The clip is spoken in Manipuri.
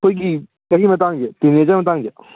ꯑꯩꯈꯣꯏꯒꯤ ꯆꯍꯤ ꯃꯇꯥꯡꯁꯦ ꯇꯤꯟꯅꯦꯖꯔ ꯃꯇꯥꯡꯁꯦ